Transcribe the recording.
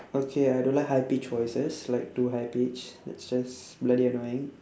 okay I don't like high pitch voices like too high pitch it's just bloody annoying